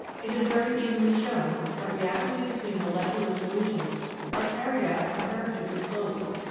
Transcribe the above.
it is very easily shown that reactions between molecular solutions are carried out comparatively slowly,